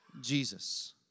Jesus